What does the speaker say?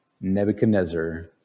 Nebuchadnezzar